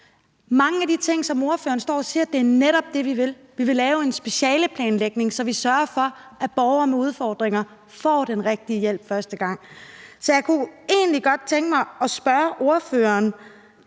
Mange af de ting, som ordføreren står og siger, er netop det, vi vil. Vi vil lave en specialeplanlægning, så vi sørger for, at borgere med udfordringer får den rigtige hjælp første gang. Så jeg kunne egentlig godt tænke mig at spørge ordføreren